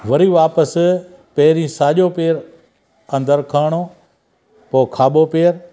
वरी वापसि पहिरीं साॼो पेरु अंदरि करिणो पोइ खाॿो पेरु